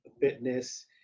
fitness